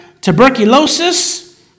Tuberculosis